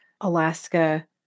Alaska